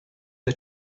her